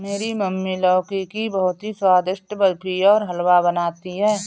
मेरी मम्मी लौकी की बहुत ही स्वादिष्ट बर्फी और हलवा बनाती है